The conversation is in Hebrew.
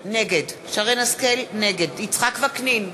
נגד יצחק וקנין,